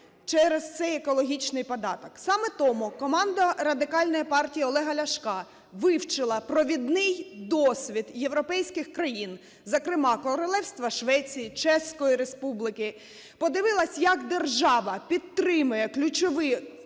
через цей екологічний податок. Саме тому команда Радикальної партії Олега Ляшка вивчила провідний досвід європейських країн, зокрема Королівства Швеції, Чеської Республіки, подивилась, як держава підтримує ключові галузі